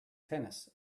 tennis